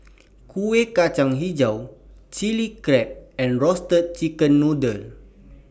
Kuih Kacang Hijau Chili Crab and Roasted Chicken Noodle